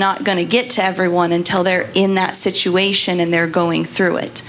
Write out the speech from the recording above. going to get to everyone and tell they're in that situation and they're going through it